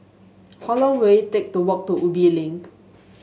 how long will it take to walk to Ubi Link